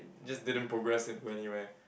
just didn't progress in to anywhere